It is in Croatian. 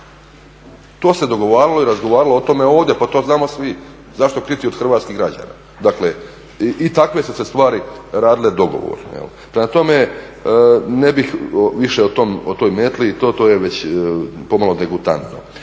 To se dogovaralo i razgovaralo o tome ovdje, pa to znamo svi. Zašto kriti od hrvatskih građana? Dakle, i takve su se stvari radile dogovorno jel'. Prema tome, ne bih više o toj metli i to, to je već pomalo degutantno.